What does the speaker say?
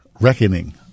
reckoning